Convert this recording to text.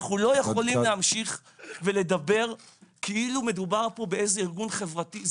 אנחנו לא יכולים להמשיך ולדבר כאילו מדובר פה באיזה ארגון חברתי.